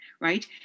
right